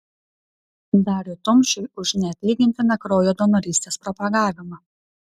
dariui tumšiui už neatlygintiną kraujo donorystės propagavimą